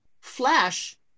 Flash